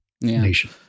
nation